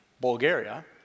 Bulgaria